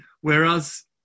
whereas